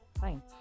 fine